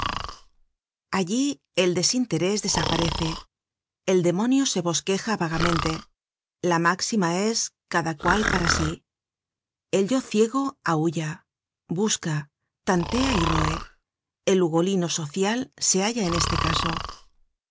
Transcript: allí el desinterés desaparece el demonio se bosqueja vagamente la máxima es cada cual para sí el yo ciego aulla busca tantea y roe el ugolino social se halla en este caso